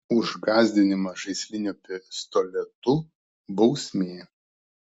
už gąsdinimą žaisliniu pistoletu bausmė